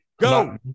go